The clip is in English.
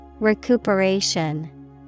Recuperation